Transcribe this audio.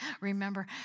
Remember